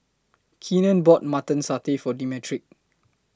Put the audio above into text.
Keenen bought Mutton Satay For Demetric